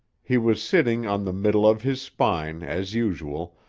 he was sitting on the middle of his spine, as usual,